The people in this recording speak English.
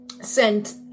sent